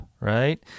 right